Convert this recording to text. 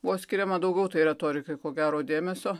buvo skiriama daugiau tai retorikai ko gero dėmesio